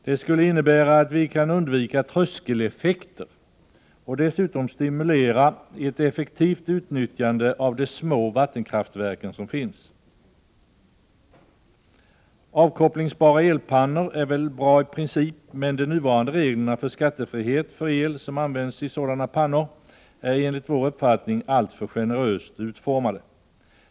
Det skulle innebära att vi kan undvika tröskeleffekter och dessutom stimulera ett effektivare utnyttjande av de små vattenkraftverk som finns. Avkopplingsbara elpannor är väl brai princip, men de nuvarande reglerna om skattefrihet för el som används i sådana pannor är enligt vår uppfattning alltför generöst utformade.